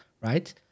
right